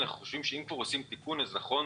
אנחנו חושבים שאם כבר עושים תיקון נכון